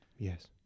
Yes